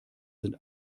sind